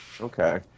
Okay